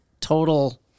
total